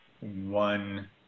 one